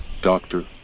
Doctor